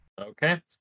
Okay